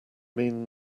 mean